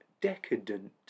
decadent